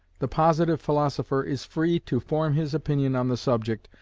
the positive philosopher is free to form his opinion on the subject,